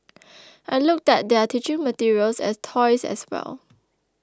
I looked at their teaching materials and toys as well